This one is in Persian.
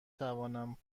توانم